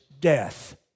death